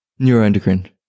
Neuroendocrine